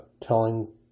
telling